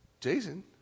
Jason